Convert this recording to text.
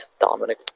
Dominic